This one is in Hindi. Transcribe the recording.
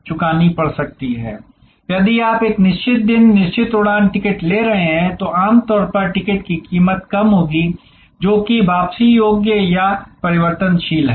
इसलिए यदि आप एक निश्चित दिन निश्चित उड़ान टिकट ले रहे हैं तो आमतौर पर टिकट की कीमत कम होगी जो कि वापसी योग्य या परिवर्तनशील है